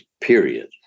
period